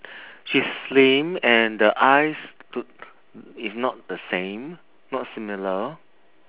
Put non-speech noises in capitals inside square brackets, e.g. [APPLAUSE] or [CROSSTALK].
she's slim and the eyes [NOISE] is not the same not similar